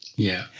yeah.